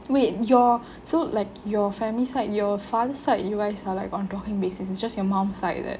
wait your so like your family side your father side you guys are like on talking basis it's just your mum's side that